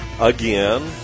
again